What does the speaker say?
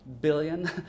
billion